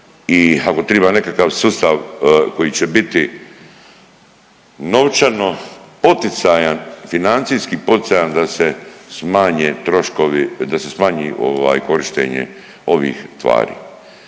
i ako triba nekakav sustav koji će biti novčano poticajan, financijsko poticajan da se smanje troškove, da se smanji ovaj korištenje ovih tvari.